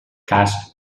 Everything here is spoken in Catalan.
cas